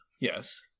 Yes